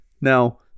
now